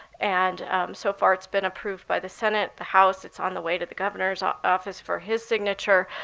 and so far it's been approved by the senate, the house. it's on the way to the governor's ah office for his signature,